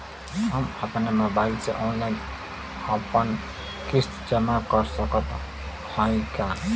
हम अपने मोबाइल से ऑनलाइन आपन किस्त जमा कर सकत हई का?